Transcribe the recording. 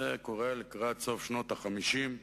זה קורה לקראת סוף שנות ה-50,